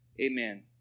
Amen